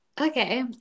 Okay